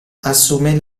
assume